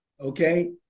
okay